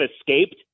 escaped